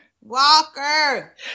Walker